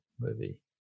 movie